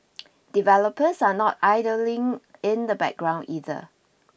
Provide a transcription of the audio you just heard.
developers are not idling in the background either